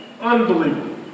Unbelievable